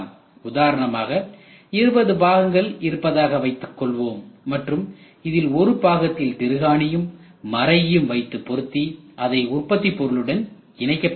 உதாரணமாக இருபது பாகங்கள் இருப்பதாக வைத்துக் கொள்வோம் மற்றும் இதில் ஒரு பாகத்தில் திருகாணியும் மறையும் வைத்து பொருத்தி அதை உற்பத்தி பொருளுடன் இணைக்கப்படவேண்டும்